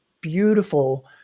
beautiful